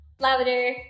louder